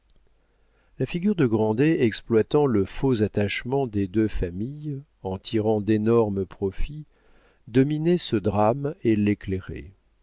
la figure de grandet exploitant le faux attachement des deux familles en tirant d'énormes profits dominait ce drame et l'éclairait